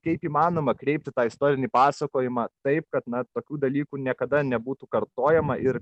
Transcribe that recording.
kaip įmanoma kreipti tą istorinį pasakojimą taip kad na tokių dalykų niekada nebūtų kartojama ir